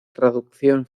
traducción